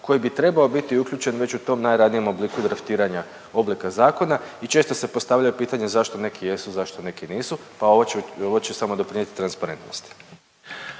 koji bi trebao biti uključen već u tom najranijem obliku draftiranja oblika zakona i često se postavljaju pitanja zašto neki jesu, zašto neki nisu pa ovo će, ovo će samo doprinijeti transparentnosti.